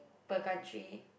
per country